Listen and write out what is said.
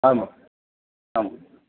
आम् आम्